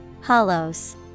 Hollows